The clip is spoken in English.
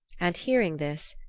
and hearing this,